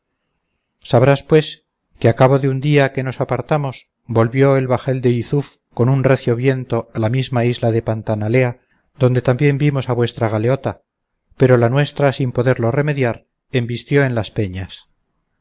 sabrás pues que a cabo de un día que nos apartamos volvió el bajel de yzuf con un recio viento a la misma isla de la pantanalea donde también vimos a vuestra galeota pero la nuestra sin poderlo remediar embistió en las peñas